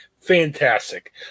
Fantastic